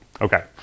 Okay